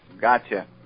gotcha